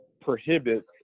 prohibits